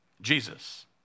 Jesus